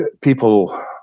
people